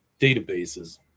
databases